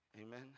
Amen